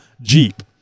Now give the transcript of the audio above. Jeep